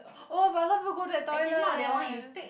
oh but a lot of people go that toilet leh